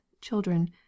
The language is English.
children